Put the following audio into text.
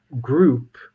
group